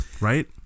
right